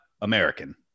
American